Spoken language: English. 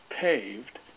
paved